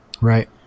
Right